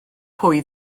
pwy